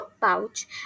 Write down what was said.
pouch